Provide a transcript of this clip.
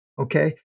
Okay